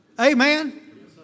Amen